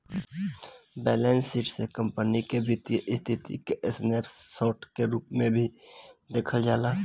balance sheet से company के वित्तीय स्थिति के स्नैप शोर्ट के रूप में भी देखल जाला